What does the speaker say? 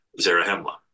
Zarahemla